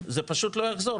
זה פשוט לא יחזור.